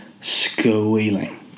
squealing